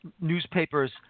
newspapers